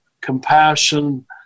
compassion